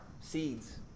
seeds